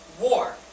war